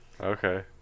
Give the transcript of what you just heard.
Okay